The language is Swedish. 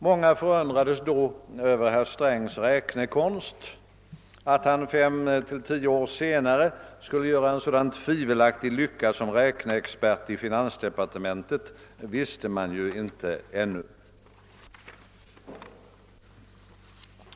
Många förundrade sig då över herr Strängs räknekonst. Att han fem å tio år senare skulle göra en så tvivelaktig lycka som räkneexpert i finansdepartementet visste man ju inte då.